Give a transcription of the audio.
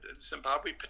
Zimbabwe